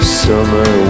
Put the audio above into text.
summer